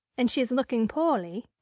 and she is looking poorly?